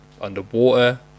underwater